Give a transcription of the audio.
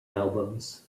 albums